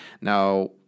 Now